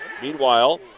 Meanwhile